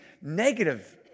negative